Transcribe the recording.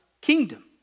kingdom